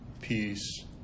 peace